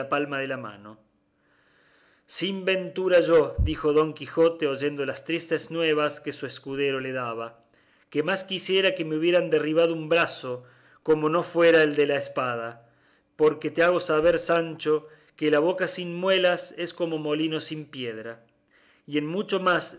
palma de la mano sin ventura yo dijo don quijote oyendo las tristes nuevas que su escudero le daba que más quisiera que me hubieran derribado un brazo como no fuera el de la espada porque te hago saber sancho que la boca sin muelas es como molino sin piedra y en mucho más se